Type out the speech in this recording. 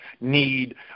need